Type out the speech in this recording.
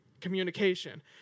communication